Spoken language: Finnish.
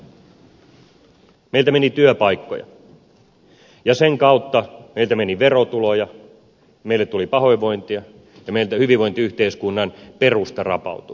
meiltä meni työpaikkoja ja sen kautta meiltä meni verotuloja meille tuli pahoinvointia ja meiltä hyvinvointiyhteiskunnan perusta rapautui